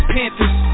Panthers